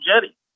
jetty